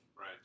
Right